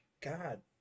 God